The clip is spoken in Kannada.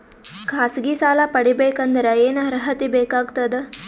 ಖಾಸಗಿ ಸಾಲ ಪಡಿಬೇಕಂದರ ಏನ್ ಅರ್ಹತಿ ಬೇಕಾಗತದ?